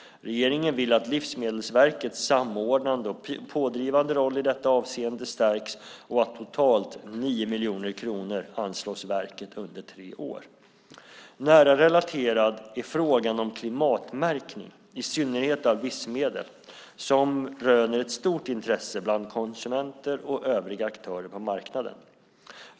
Regeringen vill att Livsmedelsverkets samordnande och pådrivande roll i detta avseende stärks och att totalt 9 miljoner kronor anslås verket under tre år. Nära relaterad är frågan om klimatmärkning, i synnerhet av livsmedel, som röner ett stort intresse bland konsumenter och övriga aktörer på marknaden.